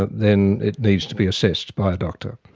then it needs to be assessed by a doctor.